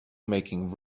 making